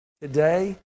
today